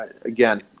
Again